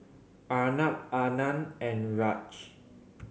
Arnab Anand and Raj